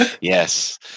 Yes